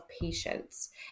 patience